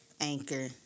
Anchor